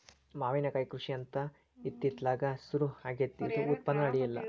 ಮಾವಿನಕಾಯಿ ಕೃಷಿ ಅಂತ ಇತ್ತಿತ್ತಲಾಗ ಸುರು ಆಗೆತ್ತಿ ಇದು ಉತ್ಪನ್ನ ಅಡಿಯಿಲ್ಲ